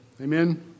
Amen